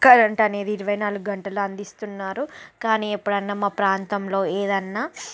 current అనేది ఇరవై నాలుగంటలు అందిస్తున్నారు కానీ ఎప్పుడన్నా మా ప్రాంతంలో ఏదన్నా